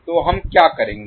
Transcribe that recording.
तो हम क्या करेंगे